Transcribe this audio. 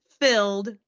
filled